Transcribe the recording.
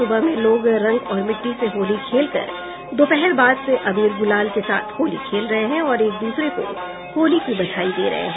सूबह में लोग रंग और मिट्टी से होली खेलकर दोपहर बाद से अबीर गुलाल के साथ होली खेल रहे हैं और एक दूसरे को होली की बधाई दे रहे हैं